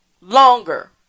longer